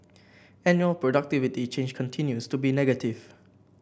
annual productivity change continues to be negative